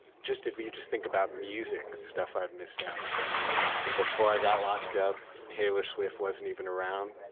just, if you just think about music. stuff that i missed out on you know before i got locked up, taylor swift wasn't even around,